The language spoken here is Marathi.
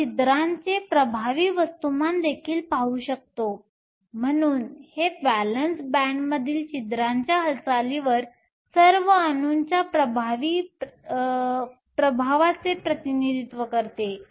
आपण छिद्रांचे प्रभावी वस्तुमान देखील पाहू शकता म्हणून हे व्हॅलेन्स बँडमधील छिद्रांच्या हालचालीवर सर्व अणूंच्या प्रभावी प्रभावाचे प्रतिनिधित्व करते